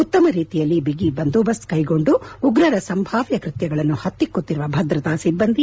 ಉತ್ತಮ ರೀತಿಯಲ್ಲಿ ಬಿಗಿ ಬಂದೋಬಸ್ತ್ ಕೈಗೊಂಡು ಉಗ್ರರ ಸಂಭಾವ್ಯ ಕೃತ್ಯಗಳನ್ನು ಹತ್ತಿಕ್ಕುತ್ತಿರುವ ಭದ್ರತಾ ಸಿಬ್ಬಂದಿ